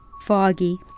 foggy